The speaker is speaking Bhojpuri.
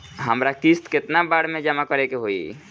हमरा किस्त केतना बार में जमा करे के होई?